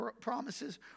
promises